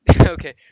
okay